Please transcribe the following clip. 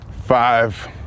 five